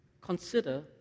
consider